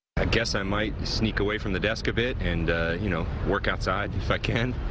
ah guess i might sneak away from the desk a bit and you know work outside, if i can.